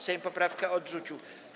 Sejm poprawkę odrzucił.